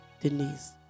Denise